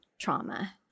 trauma